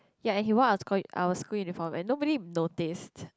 ya and he wore our sch~ our school uniform and nobody noticed